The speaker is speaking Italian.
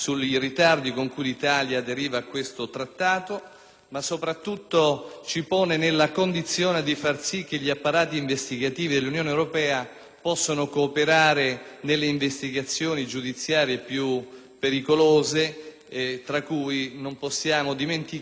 ma soprattutto ci ponga nella condizione di far sì che gli apparati investigativi dell'Unione europea possano cooperare con il nostro Paese nelle investigazioni giudiziarie più pericolose, fra cui non possiamo dimenticare il contrasto al terrorismo internazionale.